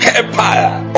Empire